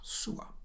sua